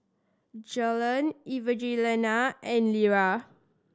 Jalen Evangelina and Lera